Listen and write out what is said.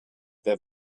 der